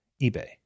eBay